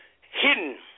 hidden